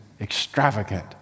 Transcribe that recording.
extravagant